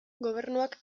gobernuak